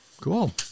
Cool